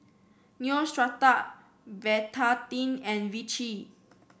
Neostrata Betadine and Vichy